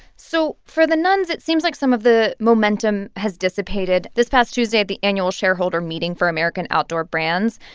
so for the nuns, it seems like some of the momentum has dissipated. this past tuesday at the annual shareholder meeting for american outdoor brands,